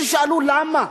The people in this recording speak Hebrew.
תשאלו למה,